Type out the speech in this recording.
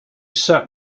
sat